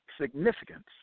significance